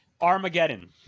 Armageddon